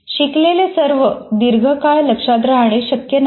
शिकलेले सर्व दीर्घकाळ लक्षात राहणे शक्य नसते